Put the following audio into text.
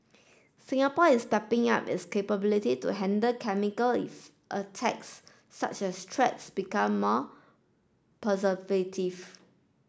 Singapore is stepping up its capability to handle chemical if attacks such as threats become more